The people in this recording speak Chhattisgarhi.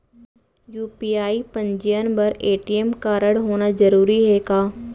यू.पी.आई पंजीयन बर ए.टी.एम कारडहोना जरूरी हे का?